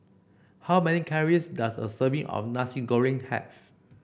how many calories does a serving of Nasi Goreng have